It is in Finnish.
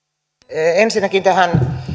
ensinnäkin tähän